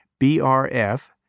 BRF